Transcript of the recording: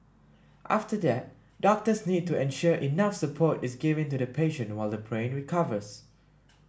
after that doctors need to ensure enough support is given to the patient while the brain recovers